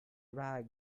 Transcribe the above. rag